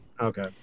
okay